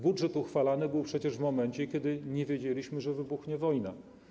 Budżet uchwalany był przecież w momencie, kiedy nie wiedzieliśmy, że wybuchnie wojna.